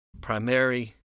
primary